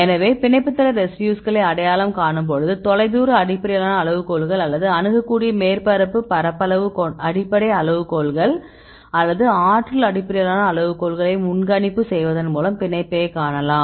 எனவே பிணைப்பு தள ரெசிடியூஸ்களை அடையாளம் காணும்போது தொலைதூர அடிப்படையிலான அளவுகோல்கள் அல்லது அணுகக்கூடிய மேற்பரப்பு பரப்பளவு அடிப்படை அளவுகோல்கள் அல்லது ஆற்றல் அடிப்படையிலான அளவுகோல்களை முன்கணிப்பு செய்வதன் மூலம் பிணைப்பைக் காணலாம்